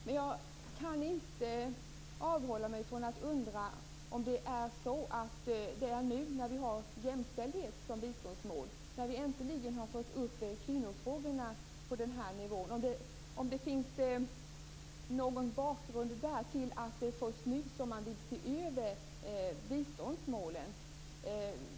Men jag kan inte avhålla mig från att undra, när vi nu har jämställdhet som biståndsmål, och äntligen har fått upp kvinnofrågorna på den nivån: Finns det där någon bakgrund till att det är först nu man vill se över biståndsmålen?